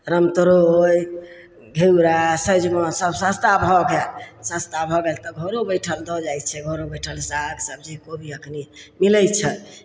रामतोरइ घिउरा सजमनि सभ सस्ता भऽ गेल सस्ता भऽ गेल तऽ घरो बैठल दऽ जाइ छै घरो बैठल साग सबजी कोबी एखन मिलै छै